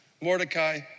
Mordecai